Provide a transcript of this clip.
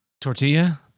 Tortilla